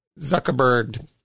Zuckerberg